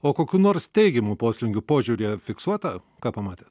o kokių nors teigiamų poslinkių požiūryje fiksuota ką pamatė